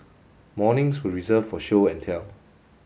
mornings were reserved for show and tell